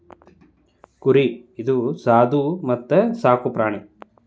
ಕುರಿ ಇದು ಸಾದು ಮತ್ತ ಸಾಕು ಪ್ರಾಣಿ